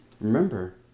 remember